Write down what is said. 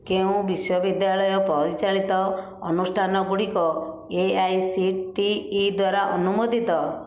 କେଉଁ ବିଶ୍ୱବିଦ୍ୟାଳୟ ପରିଚାଳିତ ଅନୁଷ୍ଠାନ ଗୁଡ଼ିକ A I C T E ଦ୍ଵାରା ଅନୁମୋଦିତ